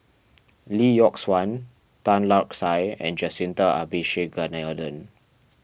Lee Yock Suan Tan Lark Sye and Jacintha Abisheganaden